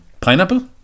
pineapple